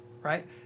right